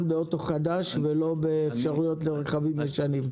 באוטו חדש ולא באפשרויות לרכבים ישנים?